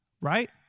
Right